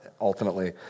ultimately